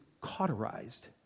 cauterized